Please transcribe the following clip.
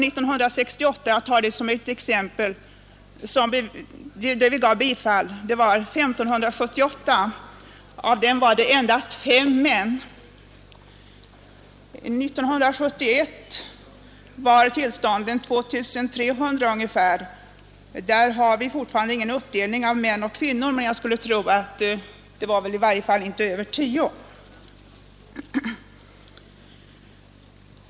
1968, för att ta det året som exempel, bifölls 1 578 framställningar. Av dem var det endast 5 som avsåg män. 1971 var tillstånden ungefär 2 300. Där har vi fortfarande ingen uppdelning på män och kvinnor, men jag skulle tro att det i varje fall inte var över 10 män.